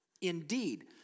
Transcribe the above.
indeed